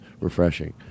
refreshing